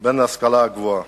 ובין ההשכלה הגבוהה.